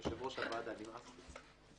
יושב-ראש הוועדה נמאס לי.